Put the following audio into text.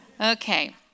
Okay